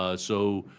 ah so,